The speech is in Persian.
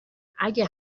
اگه